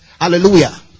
Hallelujah